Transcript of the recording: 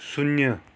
शून्य